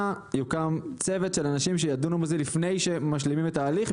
יוקם צוות של אנשים שידונו בזה לפני שמשלימים את ההליך,